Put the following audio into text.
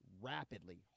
rapidly